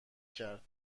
کرد